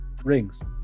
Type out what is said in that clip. rings